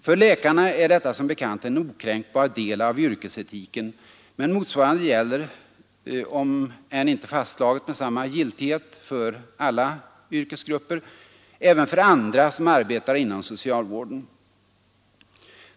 För läkarna är detta som bekant en okränkbar del av yrkesetiken, men motsvarande gäller, om än inte fastslaget med samma giltighet för alla yrkesgrupper, även för andra som arbetar inom socialvården.